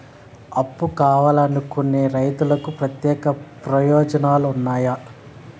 అప్పు కావాలనుకునే రైతులకు ప్రత్యేక ప్రయోజనాలు ఉన్నాయా?